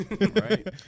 Right